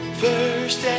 first